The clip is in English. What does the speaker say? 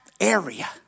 area